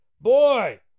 Boy